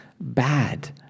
bad